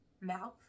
mouth